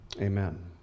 Amen